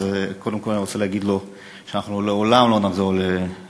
אז קודם כול אני רוצה להגיד לו שאנחנו לעולם לא נחזור לשם,